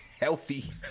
healthy